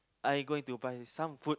I going to buy some food